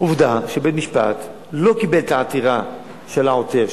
עובדה שבית-משפט לא קיבל את העתירה של העותר,